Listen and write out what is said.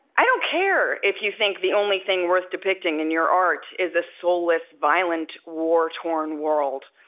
i don't care if you think the only thing worth depicting in your art is a soulless, violent, war-torn world.